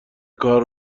کار